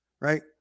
right